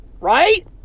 Right